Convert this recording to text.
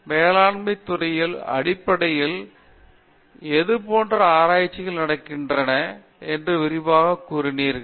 மேலாண்மை துறையில் அடிப்படையில் ஏதுபோன்ற ஆராய்ச்சி நடக்கிறது என்று விரிவாக கூறினீர்கள்